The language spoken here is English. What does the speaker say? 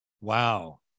Wow